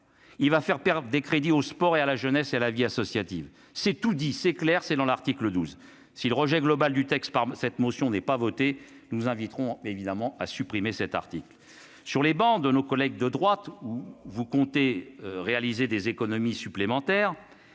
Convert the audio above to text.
il va faire perdre des crédits aux sports et à la jeunesse et à la vie associative, c'est tout, dit c'est clair, c'est dans l'article 12 si le rejet global du texte par cette motion n'est pas voté, nous inviterons évidemment à supprimer cet article sur les bancs de nos collègues de droite où vous comptez réaliser des économies supplémentaires,